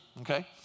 okay